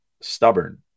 stubborn